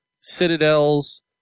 Citadel's